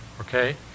Okay